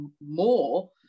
more